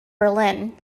berlin